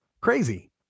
Crazy